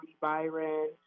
Byron